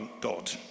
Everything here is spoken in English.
God